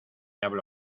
habló